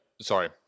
sorry